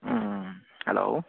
hello